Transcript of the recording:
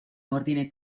ordine